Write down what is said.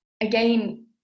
again